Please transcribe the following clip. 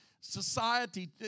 society